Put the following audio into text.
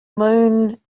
moon